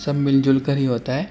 سب مل جل کر ہی ہوتا ہے